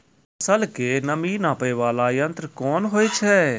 फसल के नमी नापैय वाला यंत्र कोन होय छै